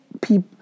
people